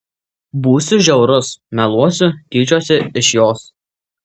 būsiu žiaurus meluosiu ir tyčiosiuosi iš jos